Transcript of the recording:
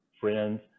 friends